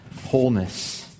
wholeness